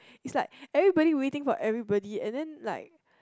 is like everybody waiting for everybody and then like